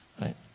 right